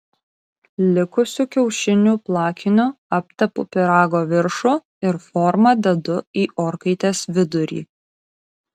likusiu kiaušinių plakiniu aptepu pyrago viršų ir formą dedu į orkaitės vidurį